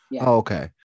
okay